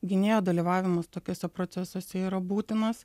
gynėjo dalyvavimas tokiuose procesuose yra būtinas